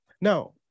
Now